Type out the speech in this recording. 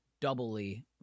doubly